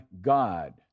God